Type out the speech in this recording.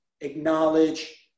acknowledge